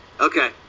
Okay